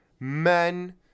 Men